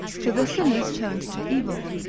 to the sinners turned to evil,